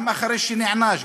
גם אחרי שנענש,